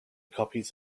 copies